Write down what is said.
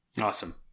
Awesome